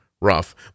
rough